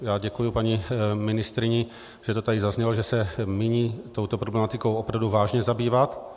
Já děkuji paní ministryni, že to tady zaznělo, že se míní touto problematikou opravdu vážně zabývat.